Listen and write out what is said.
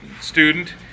student